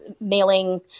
mailing